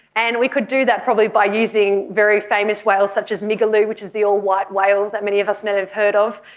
and we could do that probably by using very famous whales such as migaloo, which is the all-white whale that many of us may have heard of.